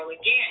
again